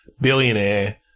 billionaire-